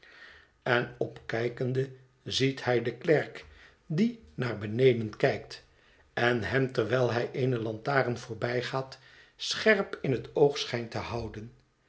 en opkijkende ziet hij den klerk die naar beneden kijkt en hem terwijl hij eene lantaarn voorbijgaat scherp in het oog schijnt te houden